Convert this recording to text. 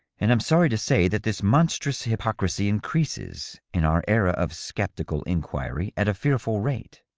and i'm sorry to say that this monstrous hypocrisy increases, in our era of sceptical inquiry, at a fearful rate.